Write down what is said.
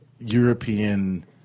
European